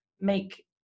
make